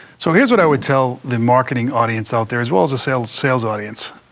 so here is what i would tell the marketing audience out there as well as the sales sales audience.